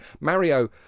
Mario